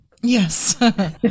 yes